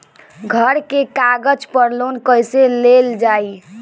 घर के कागज पर लोन कईसे लेल जाई?